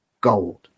gold